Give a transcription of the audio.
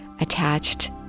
attached